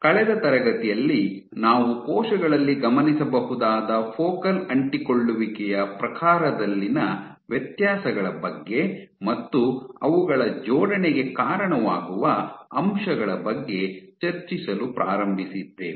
ಕಳೆದ ತರಗತಿಯಲ್ಲಿ ನಾವು ಕೋಶಗಳಲ್ಲಿ ಗಮನಿಸಬಹುದಾದ ಫೋಕಲ್ ಅಂಟಿಕೊಳ್ಳುವಿಕೆಯ ಪ್ರಕಾರದಲ್ಲಿನ ವ್ಯತ್ಯಾಸಗಳ ಬಗ್ಗೆ ಮತ್ತು ಅವುಗಳ ಜೋಡಣೆಗೆ ಕಾರಣವಾಗುವ ಅಂಶಗಳ ಬಗ್ಗೆ ಚರ್ಚಿಸಲು ಪ್ರಾರಂಭಿಸಿದ್ದೇವೆ